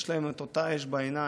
יש להם אותה אש בעיניים,